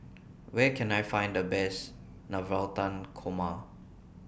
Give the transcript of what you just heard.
Where Can I Find The Best Navratan Korma